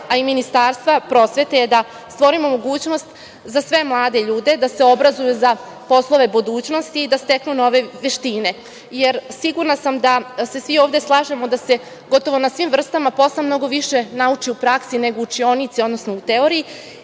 a i Ministarstva prosvete je da stvorimo mogućnost za sve mlade ljude da se obrazuju za poslove budućnosti i da steknu nove veštine, jer sigurna sam da se svi ovde slažemo da se gotovo na svim vrstama posla mnogo više nauči u praksi, nego u učionici, odnosno u teoriji.